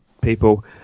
people